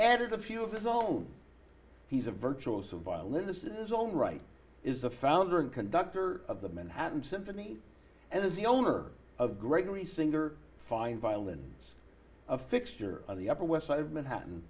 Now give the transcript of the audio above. added a few of those although he's a virtual so violinist is all right is the founder and conductor of the manhattan symphony and as the owner of gregory singer fine violins a fixture on the upper west side of manhattan